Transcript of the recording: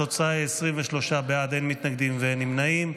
התוצאה היא 23 בעד, אין מתנגדים ואין נמנעים.